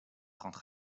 rentre